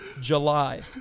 july